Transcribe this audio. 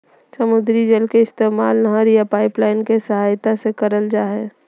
समुद्री जल के इस्तेमाल नहर या पाइपलाइन के सहायता से करल जा हय